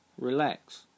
Relax